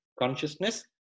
Consciousness